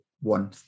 one